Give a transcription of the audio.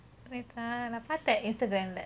நான் பாத்தேன்:naan paathen Instagram